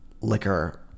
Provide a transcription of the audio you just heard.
liquor